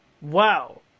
Wow